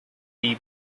city